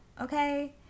okay